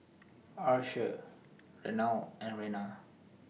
Archer Renard and Rena